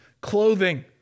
clothing